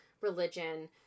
religion